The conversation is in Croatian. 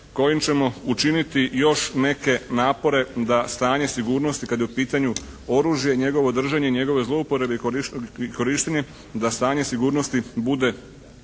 kojim ćemo učiniti još neke napore da stanje sigurnosti kad je u pitanju oružje i njegovo držanje i njegovo zlouporabe i korištenje da stanje sigurnosti bude